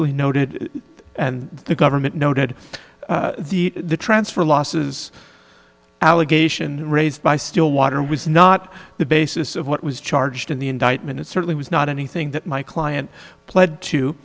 we pointed noted the government noted the transfer losses allegation raised by stillwater was not the basis of what was charged in the indictment it certainly was not anything that my client pled to